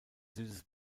süßes